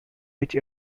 which